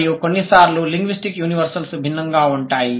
మరియు కొన్నిసార్లు linguistic universals భిన్నంగా ఉంటాయి